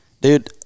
dude